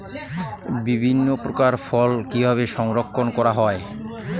বিভিন্ন প্রকার ফল কিভাবে সংরক্ষণ করা হয়?